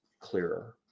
clearer